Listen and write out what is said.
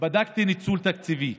בדקתי ניצול תקציבי,